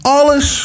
alles